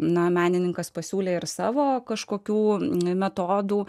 na menininkas pasiūlė ir savo kažkokių metodų